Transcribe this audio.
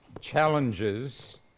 challenges